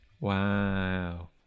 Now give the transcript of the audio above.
Wow